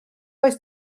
oes